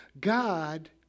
God